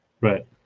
Right